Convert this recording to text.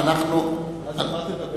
אז על מה תדבר?